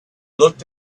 looked